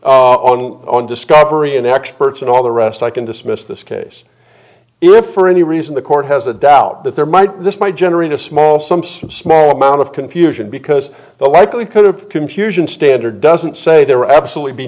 on on discovery and experts and all the rest i can dismiss this case if for any reason the court has a doubt that there might this might generate a small sum some small amount of confusion because the likelihood of confusion standard doesn't say there absolutely be